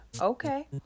Okay